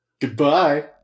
Goodbye